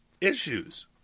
issues